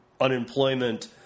unemployment